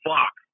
Fuck